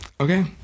Okay